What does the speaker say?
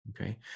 okay